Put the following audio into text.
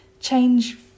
change